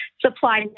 Supply